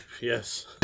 Yes